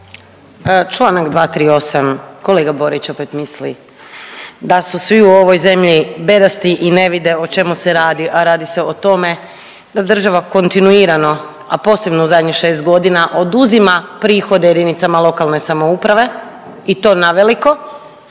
Čl. 238. Kolega Borić opet misli da su svi u ovoj zemlji bedasti i ne vide o čemu se radi, a radi se o tome da država kontinuirano, a posebno u zadnjih 6 godina oduzima prihode jedinicama lokalne samouprave, i to naveliko,